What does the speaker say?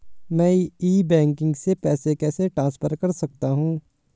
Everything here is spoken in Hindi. मैं ई बैंकिंग से पैसे कैसे ट्रांसफर कर सकता हूं?